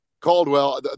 Caldwell